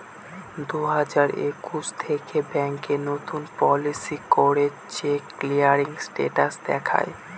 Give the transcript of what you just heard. দুই হাজার একুশ থেকে ব্যাঙ্ক নতুন পলিসি করে চেক ক্লিয়ারিং স্টেটাস দেখায়